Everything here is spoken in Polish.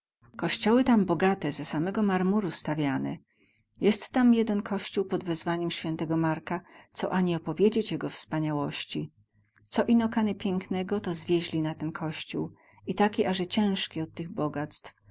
kościoły tam bogate ze samego marmuru stawiane jest tam jeden kościół pod wezwaniem św marka co ani opowiedzieć jego wspaniałości co ino kany pieknego to zwieźli na ten kościół i taki aze cięzki od tych bogactw